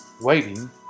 Waiting